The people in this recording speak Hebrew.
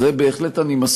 עם זה בהחלט אני מסכים,